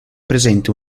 presente